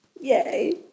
yay